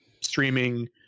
streaming